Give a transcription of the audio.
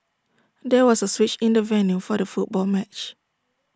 there was A switch in the venue for the football match